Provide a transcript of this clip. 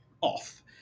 off